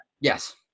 Yes